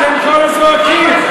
אתם זועקים.